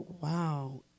Wow